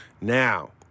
Now